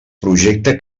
projecte